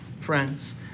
friends